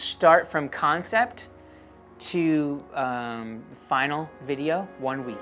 start from concept to final video one week